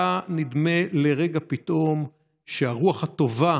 היה נדמה לרגע פתאום שהרוח הטובה